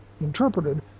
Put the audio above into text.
interpreted